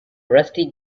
rusty